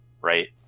right